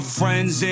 friends